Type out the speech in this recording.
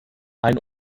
ein